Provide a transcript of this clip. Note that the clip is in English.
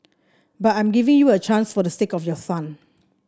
but I'm giving you a chance for the sake of your son